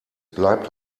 bleibt